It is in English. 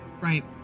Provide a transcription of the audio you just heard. right